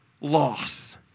loss